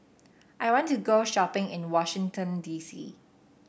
I want to go shopping in Washington D C